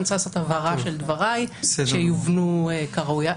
אני רוצה לעשות הבהרה של דבריי שיובנו כראוי.